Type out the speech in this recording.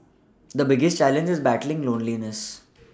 the biggest challenge is battling loneliness